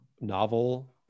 novel